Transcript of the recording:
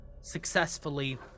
successfully